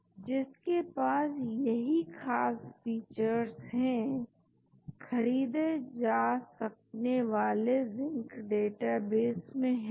तो हम उनको देख सकते हैं जिनके पास बहुत कम आरएमएसडी है और फिर यह देख सकते हैं कि क्या वे नियम और अन्य ड्रग प्रॉपर्टी समानताओं के नियम को पूरा कर पा रहे हैं